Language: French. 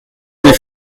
des